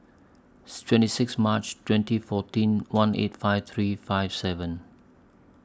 twenty six March twenty fourteen one eight five three five seven